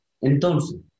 Entonces